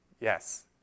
yes